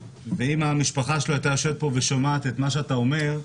ואם המשפחה שלו הייתה יושבת פה ושומעת את מה שאתה אומר,